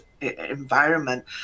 environment